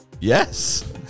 Yes